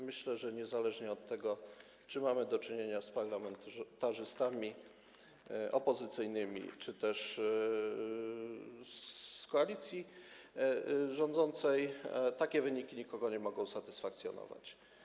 Myślę, że niezależnie od tego, czy mamy do czynienia z parlamentarzystami opozycyjnymi, czy też z koalicji rządzącej, takie wyniki nikogo nie mogą satysfakcjonować.